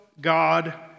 God